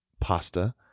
pasta